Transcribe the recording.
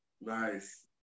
Nice